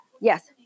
Yes